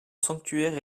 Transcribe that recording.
sanctuaire